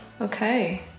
Okay